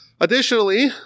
Additionally